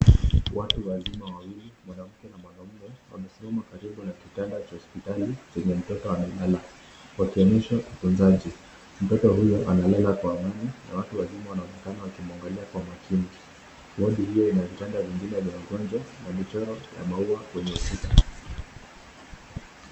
Watu wazima wawili, mwanamke na mwanaume wamesimama karibu na kitanda cha hospitali kwenye mtoto amelala wakionyesaha utunzaji. Mtoto huyu amelala kwa amani na watu wazima wanaonekana wakimwangalia kwa makini. Wodi hiyo ina vitanda vingine vya wagonjwa na michoro ya maua kwenye ukuta.